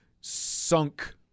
sunk